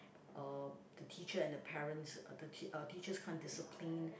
uh the teacher and the parents the uh teachers can't discipline